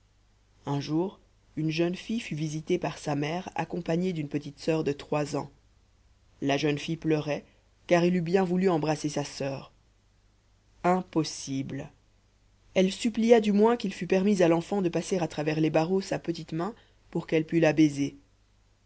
un jour une jeune fille fut visitée par sa mère accompagnée d'une petite soeur de trois ans la jeune fille pleurait car elle eût bien voulu embrasser sa soeur impossible elle supplia du moins qu'il fût permis à l'enfant de passer à travers les barreaux sa petite main pour qu'elle pût la baiser